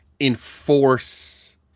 enforce